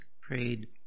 prayed